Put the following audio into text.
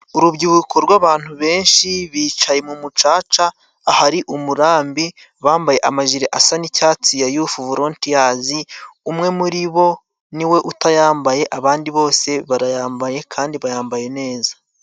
Urubyiruko rw'abantu benshi bicaye mu mucaca, ahari umurambi. Bambaye amajiri asa n'icyatsi ya yufu volontiyazi, umwe muri bo niwe utayambaye, abandi bose barayambaye kandi bayambaye neza.